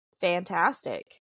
fantastic